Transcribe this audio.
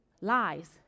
Lies